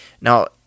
Now